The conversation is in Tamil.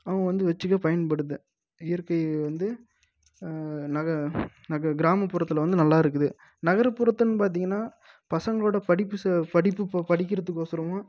அவங்க வந்து வச்சுக்க பயன்படுது இயற்கை வந்து நக நக கிராமபுறத்தில் வந்து நல்லா இருக்குது நகர்புறத்தன்று பார்த்தீங்கனா பசங்களோட படிப்பு ச படிப்பு படிக்கிறத்துக்கோசரம்